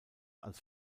als